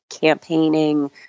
campaigning